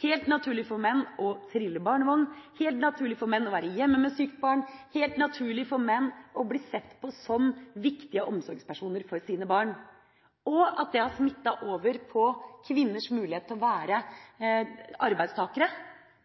helt naturlig for menn å trille barnevogn, helt naturlig for menn å være hjemme med sykt barn, og helt naturlig for menn å bli sett på som viktige omsorgspersoner for sine barn, og at det har smittet over på kvinners mulighet til å være arbeidstakere